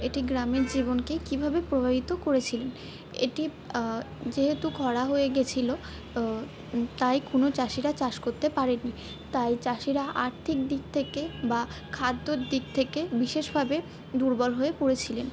এটি গ্রামের জীবনকে কীভাবে প্রভাবিত করেছিলেন এটি যেহেতু খরা হয়ে গিয়েছিল তাই কোনো চাষিরা চাষ করতে পারেনি তাই চাষিরা আর্থিক দিক থেকে বা খাদ্যর দিক থেকে বিশেষভাবে দুর্বল হয়ে পড়েছিলেন